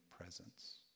presence